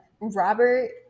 Robert